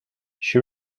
she